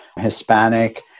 Hispanic